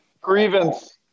Grievance